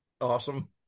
Awesome